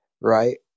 right